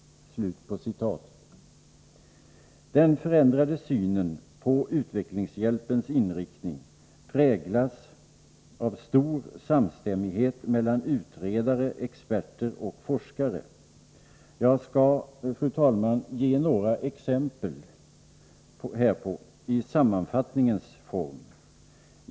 Den förändrade synen på utvecklingshjälpens inriktning präglas av stor samstämmighet mellan utredare, experter och forskare. Jag skall, fru talman, ge några exempel härpå i sammanfattningens form.